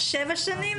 שבע שנים?